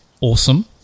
awesome